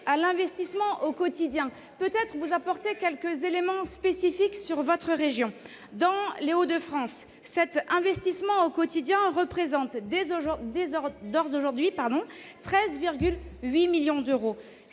? Permettez-moi de vous apporter quelques éléments spécifiques sur votre région. Dans les Hauts-de-France, cet investissement au quotidien représente aujourd'hui 13,8 millions d'euros.